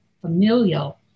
familial